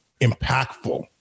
impactful